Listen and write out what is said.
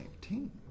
team